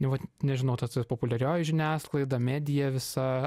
vat nežinau tas ir populiarioji žiniasklaida medija visa